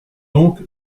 donc